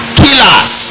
killers